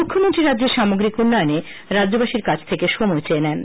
মুখ্যমন্ত্রী রাজ্যের সামগ্রিক উন্নয়নে রাজ্যবাসীর কাছ থেকে সময় চেয়ে নেন